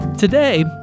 Today